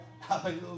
Hallelujah